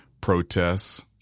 protests